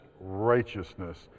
righteousness